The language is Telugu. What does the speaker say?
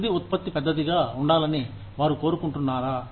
తుది ఉత్పత్తి పెద్దదిగా ఉండాలని వారు కోరుకుంటున్నారా